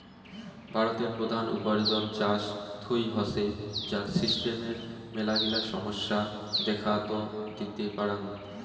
ভারতের প্রধান উপার্জন চাষ থুই হসে, যার সিস্টেমের মেলাগিলা সমস্যা দেখাত দিতে পারাং